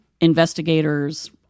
investigators